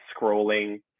scrolling